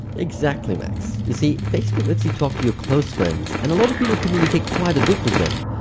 exactly max. you see, facebook lets you talk to your close friends, and a lot of people communicate quite a bit with them,